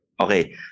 Okay